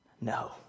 no